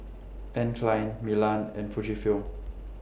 Anne Klein Milan and Fujifilm